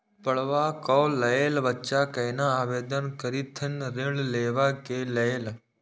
पढ़वा कै लैल बच्चा कैना आवेदन करथिन ऋण लेवा के लेल?